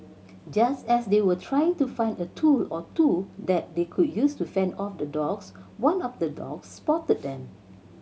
just as they were trying to find a tool or two that they could use to fend off the dogs one of the dogs spotted them